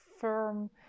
firm